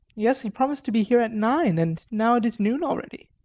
yes, he promised to be here at nine, and now it is noon already.